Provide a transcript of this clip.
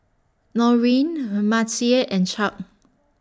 Norine Her Mattye and Chuck